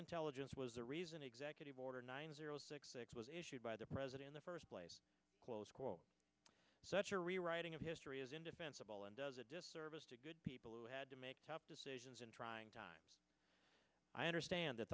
intelligence was the reason executive order nine zero six six was issued by the president the first place close quote such a rewriting of history is indefensible and does a disservice to good people who had to make tough decisions in trying times i understand that